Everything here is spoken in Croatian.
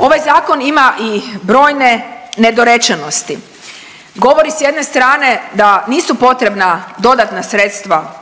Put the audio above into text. Ovaj zakon ima i brojne nedorečenosti, govori s jedne strane da nisu potrebna dodatna sredstva